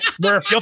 Murph